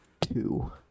two